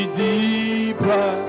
deeper